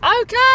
Okay